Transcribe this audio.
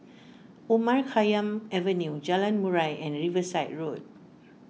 Omar Khayyam Avenue Jalan Murai and Riverside Road